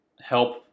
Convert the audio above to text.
help